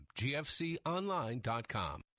gfconline.com